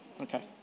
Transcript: Okay